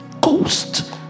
Ghost